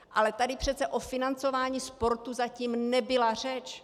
Ale tady přece o financování sportu zatím nebyla řeč.